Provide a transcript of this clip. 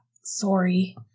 sorry